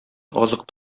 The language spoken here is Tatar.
азык